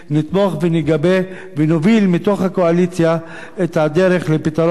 נתמוך ונגבה ונוביל מתוך הקואליציה את הדרך לפתרון,